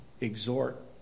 exhort